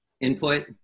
input